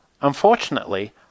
Unfortunately